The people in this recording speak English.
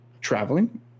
traveling